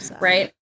Right